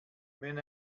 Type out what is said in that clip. wenn